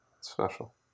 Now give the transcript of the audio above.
special